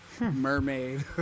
mermaid